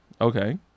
Okay